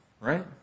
right